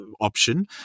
option